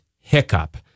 hiccup